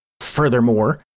furthermore